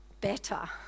better